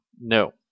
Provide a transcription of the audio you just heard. No